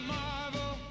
marvel